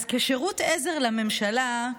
אז כשירות עזר לממשלה,